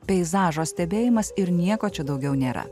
peizažo stebėjimas ir nieko čia daugiau nėra